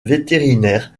vétérinaire